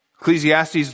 Ecclesiastes